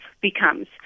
becomes